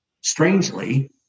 Strangely